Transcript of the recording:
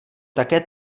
také